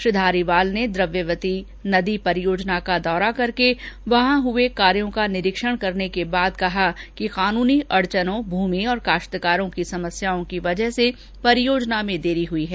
श्री धारीवाल ने द्रव्यवती नदी परियोजना का दौरा करके वहां हुए कार्यों का निरीक्षण करने के बाद कहा कि कानूनी अड़चनों भूमि और काश्तकारों की समस्याओं की वजह से परियोजना में देरी हुई है